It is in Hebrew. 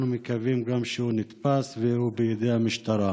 מקווים שהוא גם נתפס והוא בידי המשטרה.